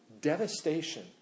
devastation